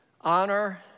honor